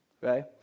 right